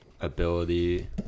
ability